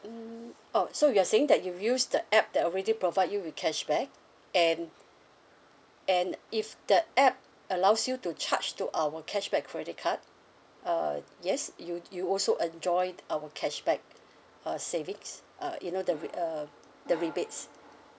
mm oh so you're saying that you use the app that already provide you with cashback and and if the app allows you to charge to our cashback credit card uh yes you you also enjoy our cashback uh savings uh you know the re~ uh the rebates